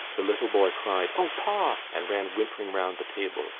the little boy cried o, pa! and ran whimpering round the table,